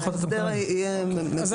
זה